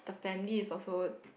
the family is also